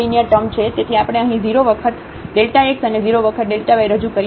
તેથી આપણે અહીં 0 વખત Δ x અને 0 વખત Δ y રજૂ કર્યા છે